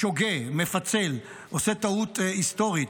שוגה, מפצל, עושה טעות היסטורית.